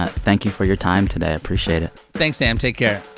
ah thank you for your time today. appreciate it thanks, sam. take care